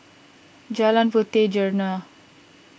Jalan Puteh Jerneh